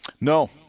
No